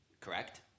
correct